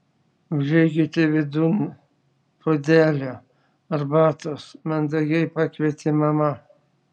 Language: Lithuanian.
užeikite vidun puodelio arbatos mandagiai pakvietė mama